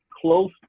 close